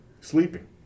sleeping